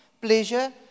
pleasure